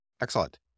excellent